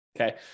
okay